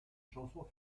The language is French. chanson